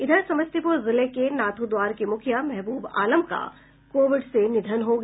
इधर समस्तीपुर जिले के नथुद्वार के मुखिया महबूब आलम का कोविड से निधन हो गया